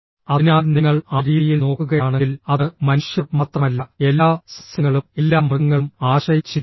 അതിനാൽ നിങ്ങൾ ആ രീതിയിൽ നോക്കുകയാണെങ്കിൽ അത് മനുഷ്യർ മാത്രമല്ല എല്ലാ സസ്യങ്ങളും എല്ലാ മൃഗങ്ങളും ആശ്രയിച്ചിരിക്കുന്നു